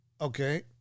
Okay